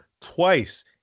twice